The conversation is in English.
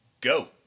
go